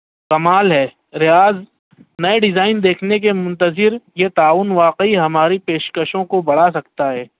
کمال ہے ریاض نئے ڈیزائن دیکھنے کے منتظر یہ تعاون واقعی ہماری پیشکشوں کو بڑھا سکتا ہے